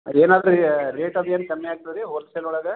ಅದೇನಾದ್ರೂ rate ಅದೇನು ಕಮ್ಮಿ ಆಗ್ತದಾ ರೀ ಹೋಲ್ಸೇಲ್ ಒಳಗೆ